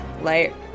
light